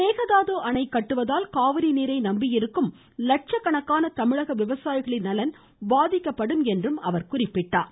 மேகதாது அணை கட்டுவதால் காவிரிநீரை நம்பியிருக்கும் லட்சக்கணக்கான தமிழக விவசாயிகளின் நலன் பாதிக்கப்படும் என்றும் அவர் குறிப்பிட்டார்